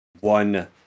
one